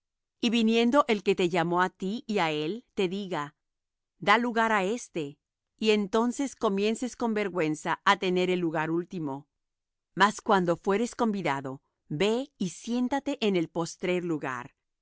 y viniendo el que te llamó á ti y á él te diga da lugar á éste y entonces comiences con vergüenza á tener el lugar último mas cuando fueres convidado ve y siéntate en el postrer lugar